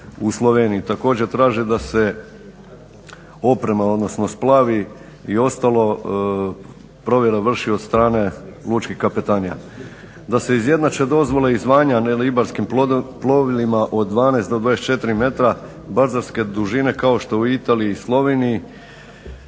u Sloveniji. Također traže da se oprema odnosno splavi i ostalo provjera vrši od strane lučkih kapetanija, da se izjednače dozvole i zvanja nelibarskim plovilima od 12 do 24 metra baždarske dužine kao što je u Italiji i Sloveniji